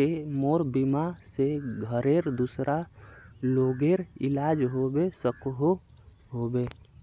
ते मोर बीमा से घोरेर दूसरा लोगेर इलाज होबे सकोहो होबे?